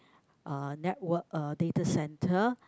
uh network uh data centre